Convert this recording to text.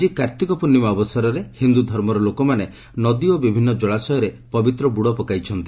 ଆଜି କାର୍ତ୍ତିକ ପୂର୍ଷ୍ଣିମା ଅବସରରେ ହିନ୍ଦୁଧର୍ମର ଲୋକମାନେ ନଦୀ ଓ ବିଭିନ୍ନ କଳାଶୟରେ ପବିତ୍ର ବୁଡ଼ ପକାଇଛନ୍ତି